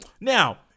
now